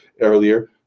earlier